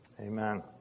amen